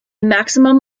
maximum